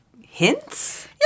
hints